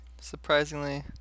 surprisingly